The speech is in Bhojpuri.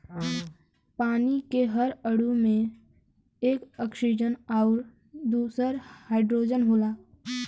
पानी के हर अणु में एक ऑक्सीजन आउर दूसर हाईड्रोजन होला